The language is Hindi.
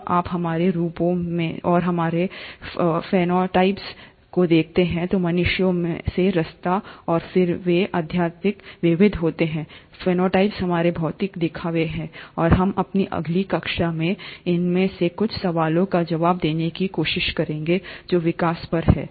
जब आप हमारे रूपों और हमारे फेनोटाइप्स को देखते हैं तो मनुष्यों से रास्ता और फिर भी वे अत्यधिक विविध होते हैं फेनोटाइप हमारे भौतिक दिखावे हैं और हम अपनी अगली कक्षा में इनमें से कुछ सवालों के जवाब देने की कोशिश करेंगे जो विकास पर है